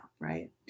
right